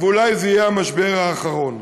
ואולי זה יהיה המשבר האחרון.